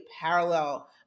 parallel